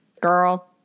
Girl